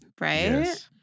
Right